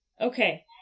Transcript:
Okay